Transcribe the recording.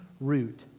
root